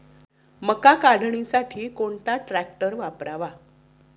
मका काढणीसाठी कोणता ट्रॅक्टर वापरावा?